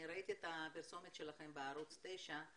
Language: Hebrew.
ראיתי את הפרסומת שלכם בערוץ 9,